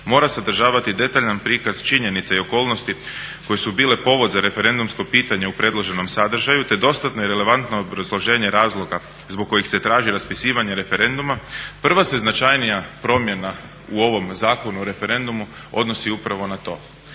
mora sadržavati detaljan prikaz činjenica i okolnosti koje su bile povod za referendumsko pitanje u predloženom sadržaju, te dostatno i relevantno obrazloženje razloga zbog kojih se traži raspisivanje referenduma." Prva se značajnija promjena u ovom Zakonu o referendumu odnosi upravo na to.